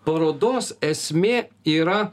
parodos esmė yra